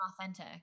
authentic